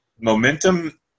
Momentum